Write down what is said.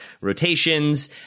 rotations